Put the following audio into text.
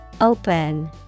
Open